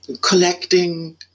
collecting